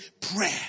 prayer